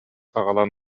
аҕалан